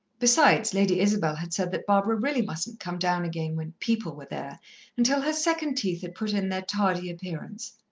besides, lady isabel had said that barbara really mustn't come down again when people were there until her second teeth had put in their tardy appearance.